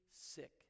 sick